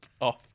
off